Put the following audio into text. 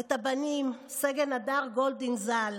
את הבנים סגן הדר גולדין ז"ל